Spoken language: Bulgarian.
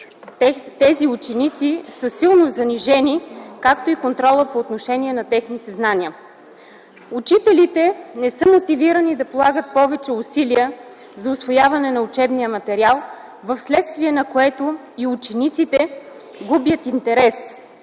тези ученици са силно занижени, както и контрола по отношение на техните знания. Учителите не са мотивирани да полагат повече усилия за усвояване на учебния материал, вследствие на което и учениците губят интерес